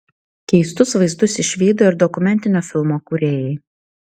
keistus vaizdus išvydo ir dokumentinio filmo kūrėjai